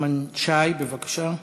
נחמן שי, בבקשה.